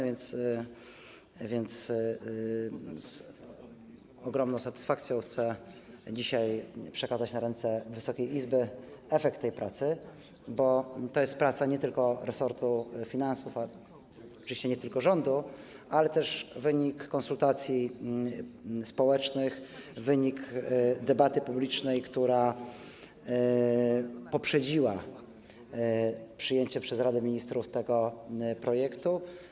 Więc z ogromną satysfakcją chcę dzisiaj przekazać na ręce Wysokiej Izby efekt tej pracy, bo to jest praca nie tylko resortu finansów, oczywiście nie tylko rządu, ale też wynik konsultacji społecznych, wynik debaty publicznej, która poprzedziła przyjęcie przez Radę Ministrów tego projektu.